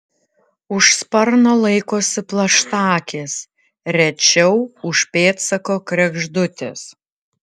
už sparno laikosi plaštakės rečiau už pėdsako kregždutės